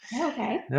okay